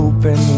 Open